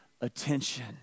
attention